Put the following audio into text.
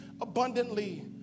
abundantly